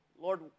Lord